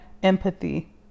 empathy